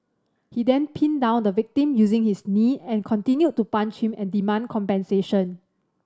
he then pinned down the victim using his knee and continued to punch him and demand compensation